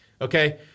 Okay